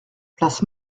place